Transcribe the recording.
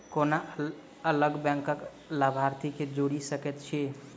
कोना अलग बैंकक लाभार्थी केँ जोड़ी सकैत छी?